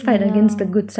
yeah